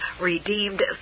redeemed